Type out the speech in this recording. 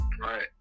Right